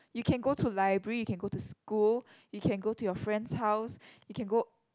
you can go to library you can go to school you can go to your friend's house you can go